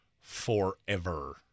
forever